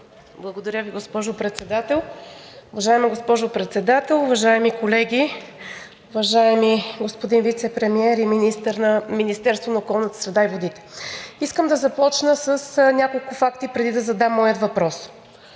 Уважаема госпожо Председател, уважаеми колеги, уважаеми господин Вицепремиер и министър на околната среда и водите! Искам да започна с няколко факта, преди да задам моя въпрос.